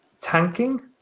tanking